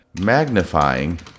magnifying